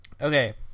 Okay